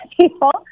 people